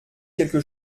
quelque